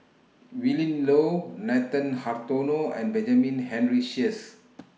Willin Low Nathan Hartono and Benjamin Henry Sheares